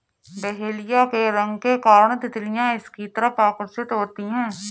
dahlia के रंग के कारण तितलियां इसकी तरफ आकर्षित होती हैं